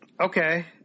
Okay